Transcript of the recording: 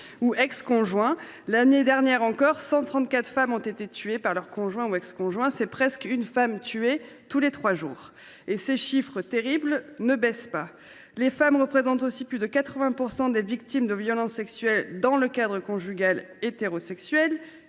ou ex conjoint. L’année dernière encore, 134 femmes ont été tuées par leur conjoint ou ex conjoint. C’est presque une femme tuée tous les trois jours. Et ces chiffres, terribles, ne baissent pas. Les femmes représentent aussi plus de 80 % des victimes de violences sexuelles dans le cadre conjugal hétérosexuel